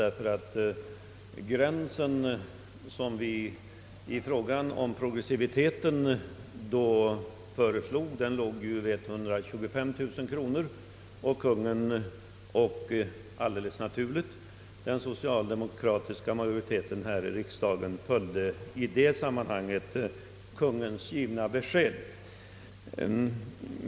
Den gräns som vi då föreslog låg vid 125 000 kronor. Kungl. Maj:t föreslog 100 000 kronor och den socialdemokratiska majoriteten här i riksdagen följde — helt naturligt — Kungl. Maj:ts givna besked.